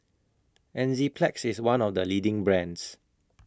Enzyplex IS one of The leading brands